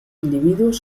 individuos